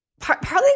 Partly